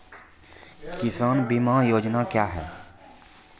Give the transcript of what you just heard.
किसान बीमा योजना क्या हैं?